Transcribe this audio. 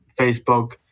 Facebook